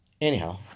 anyhow